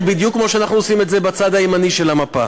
בדיוק כמו שאנחנו עושים את זה בצד הימני של המפה.